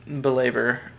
belabor